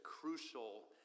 crucial